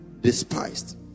despised